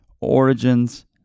Origins